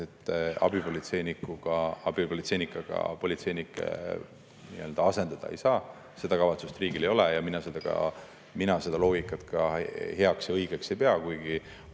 et abipolitseinikega politseinikke asendada ei saa. Seda kavatsust riigil ei ole ja mina seda loogikat heaks ega õigeks ei pea, kuigi